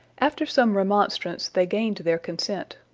after some remonstrance they gained their consent.